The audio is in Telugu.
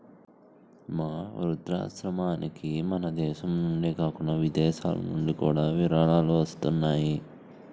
మా వృద్ధాశ్రమానికి మనదేశం నుండే కాకుండా విదేశాలనుండి కూడా విరాళాలు వస్తున్నాయి